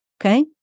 okay